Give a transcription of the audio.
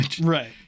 right